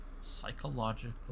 psychological